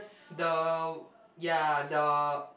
the ya the